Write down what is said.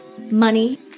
money